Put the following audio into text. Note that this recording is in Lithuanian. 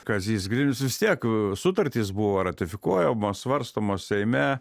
kazys grinius vis tiek sutartys buvo ratifikuojamos svarstomos seime